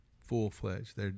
full-fledged